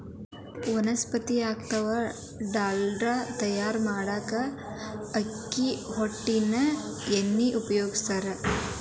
ವನಸ್ಪತಿ ಅತ್ವಾ ಡಾಲ್ಡಾ ತಯಾರ್ ಮಾಡಾಕ ಅಕ್ಕಿ ಹೊಟ್ಟಿನ ಎಣ್ಣಿನ ಉಪಯೋಗಸ್ತಾರ